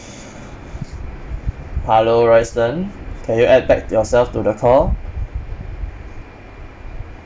hello royston can you add back yourself to the call